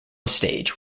stage